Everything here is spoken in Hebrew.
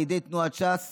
לידי תנועת ש"ס